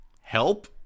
help